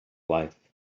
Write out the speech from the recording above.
life